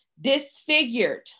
Disfigured